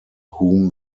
whom